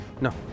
no